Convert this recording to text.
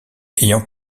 ayant